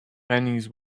pennies